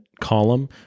column